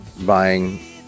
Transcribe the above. buying